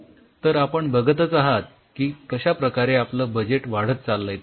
तर आपण बघतच आहात की कशा प्रकारे आपलं बजेट वाढत चाललंय ते